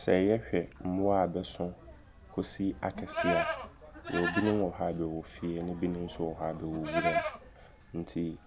Sɛ yɛhwɛ mmoa a bɛso kɔsi akɛseɛ a, yɛwɔ binom wɔ hɔ a bɛwɔ fie. Ne binom nso wɔ hɔ a bɛwɔ wuram. Enti